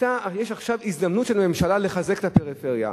יש עכשיו הזדמנות של הממשלה לחזק את הפריפריה.